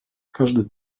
każdy